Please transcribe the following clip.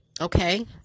Okay